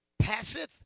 Passeth